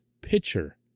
pitcher